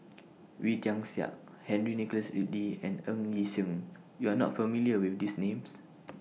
Wee Tian Siak Henry Nicholas Ridley and Ng Yi Sheng YOU Are not familiar with These Names